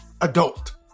adult